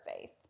faith